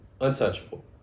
Untouchable